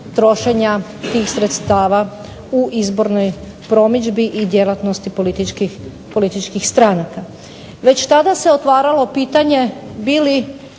trošenja tih sredstava u izbornoj promidžbi i djelatnosti političkih stranaka. Već tada se otvaralo pitanje da li